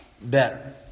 better